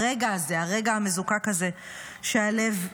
הרגע הזה, הרגע המזוקק הזה שהלב התאחה.